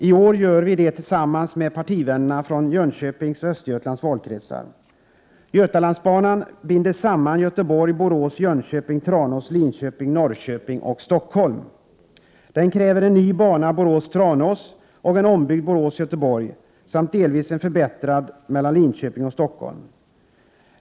I år gör vi det tillsammans med partivänner från Jönköpings och Östergötlands valkretsar. Götalandsbanan binder samman Göteborg-Borås—Jönköping— Tranås—Linköping/Norrköping—Stockholm. En utbyggnad av Götalandsbanan kräver en ny bana Borås-Tranås och en ombyggd bana Borås— Göteborg samt en delvis förbättrad bana Linköping—Stockholm.